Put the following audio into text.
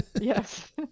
yes